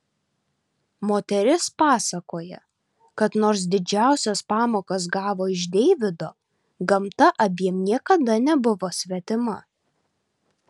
moteris pasakoja kad nors didžiausias pamokas gavo iš deivido gamta abiem niekada nebuvo svetima